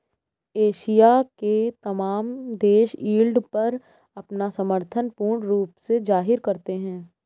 Asia के तमाम देश यील्ड पर अपना समर्थन पूर्ण रूप से जाहिर करते हैं